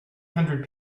hundred